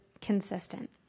consistent